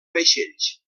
vaixells